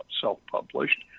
self-published